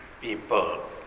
people